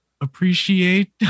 appreciate